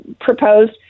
proposed